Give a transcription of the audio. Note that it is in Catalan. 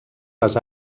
les